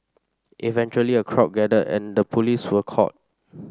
eventually a crowd gathered and the police were called